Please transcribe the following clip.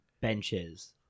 benches—